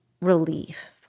relief